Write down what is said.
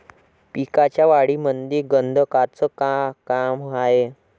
पिकाच्या वाढीमंदी गंधकाचं का काम हाये?